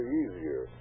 easier